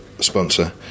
Sponsor